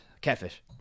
Catfish